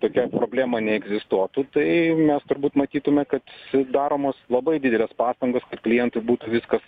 tokia problema neegzistuotų tai mes turbūt matytume kad daromos labai didelės pastangos kad klientui būtų viskas